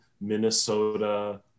Minnesota